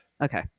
Okay